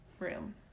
Room